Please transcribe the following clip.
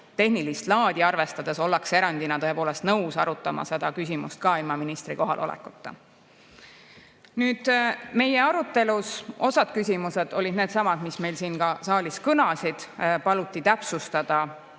tehnilist laadi arvestades ollakse erandina tõepoolest nõus arutama seda küsimust ka ilma ministri kohalolekuta. Meie arutelus oli osa küsimusi needsamad, mis meil ka siin saalis kõlasid. Paluti täpsustada